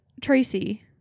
Tracy